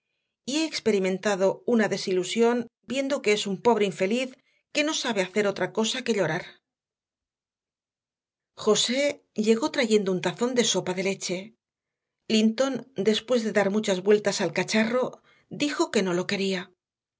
y he experimentado una desilusión viendo que es un pobre infeliz que no sabe hacer otra cosa que llorar josé llegó trayendo un tazón de sopa de leche linton después de dar muchas vueltas al cacharro dijo que no lo quería